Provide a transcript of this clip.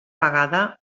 vegada